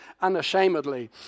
unashamedly